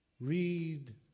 Read